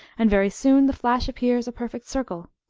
and very soon the flash appears a perfect circle,